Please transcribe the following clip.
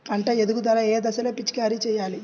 పంట ఎదుగుదల ఏ దశలో పిచికారీ చేయాలి?